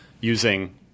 Using